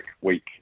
week